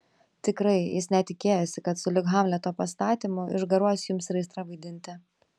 tikrai jis net tikėjosi kad sulig hamleto pastatymu išgaruos jums ir aistra vaidinti